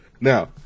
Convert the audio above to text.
now